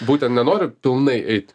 būtent nenoriu pilnai eiti